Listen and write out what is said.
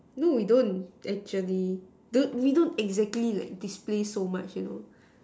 no we don't actually don't we don't exactly like display so much you know